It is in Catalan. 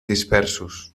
dispersos